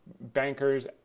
bankers